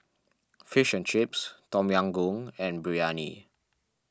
Fish and Chips Tom Yam Goong and Biryani